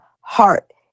heart